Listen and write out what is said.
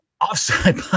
Offside